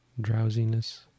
drowsiness